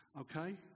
Okay